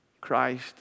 Christ